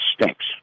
stinks